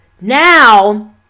now